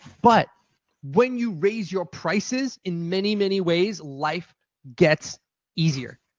but when you raise your prices, in many, many ways life gets easier.